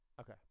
okay